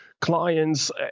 clients